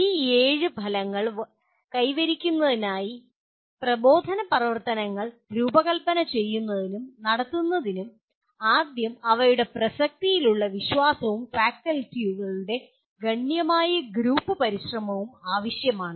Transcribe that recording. ഈ ഏഴ് ഫലങ്ങൾ കൈവരിക്കുന്നതിനായി പ്രബോധന പ്രവർത്തനങ്ങൾ രൂപകൽപ്പന ചെയ്യുന്നതിനും നടത്തുന്നതിനും ആദ്യം അവയുടെ പ്രസക്തിയിലുള്ള വിശ്വാസവും ഫാക്കൽറ്റികളുടെ ഗണ്യമായ ഗ്രൂപ്പ് പരിശ്രമവും ആവശ്യമാണ്